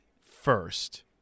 first